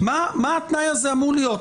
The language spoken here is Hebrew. מה התנאי הזה אמור להיות,